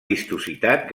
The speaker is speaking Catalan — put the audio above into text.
vistositat